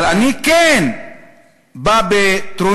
אבל אני כן בא בטרוניה,